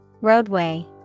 Roadway